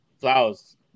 Flowers